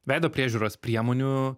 veido priežiūros priemonių